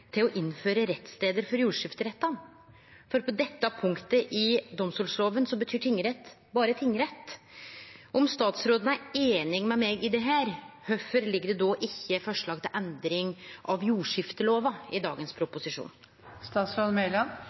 til å innføre rettsstader for jordskifterettane, for på dette punktet i domstollova betyr tingrett berre tingrett. Om statsråden er einig med meg i dette, kvifor ligg det då ikkje forslag til endring av jordskiftelova i dagens